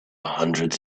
hundreds